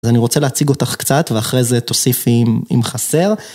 אז אני רוצה להציג אותך קצת ואחרי זה תוסיפי אם חסר.